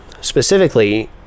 specifically